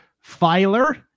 Filer